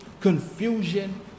confusion